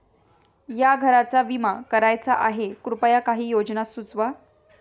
या घराचा विमा करायचा आहे कृपया काही योजना सुचवा